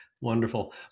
wonderful